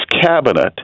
cabinet